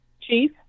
chief